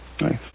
Nice